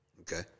Okay